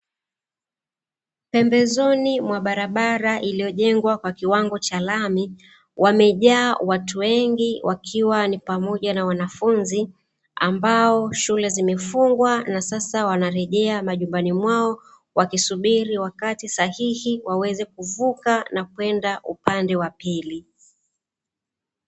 Pembezoni mwa barabara iliyojengwa kwa kiwango cha lami, wamejaa watu wengi wakiwa ni pamoja na wanafunzi ambao shule zimefungwa na sasa wanarejea majumbani mwao wakisubiri wakati sahihi waweze kuvuka na kwenda upande wa pili.